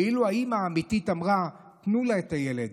ואילו האימא האמיתית אמרה: תנו לה את הילד,